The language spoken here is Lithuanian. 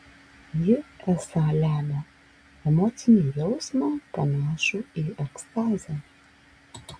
ji esą lemia emocinį jausmą panašų į ekstazę